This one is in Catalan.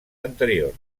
anteriors